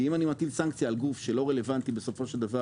כי אם אני מטיל סנקציה על גוף שלא רלוונטי בסופו של דבר